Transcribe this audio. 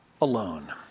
alone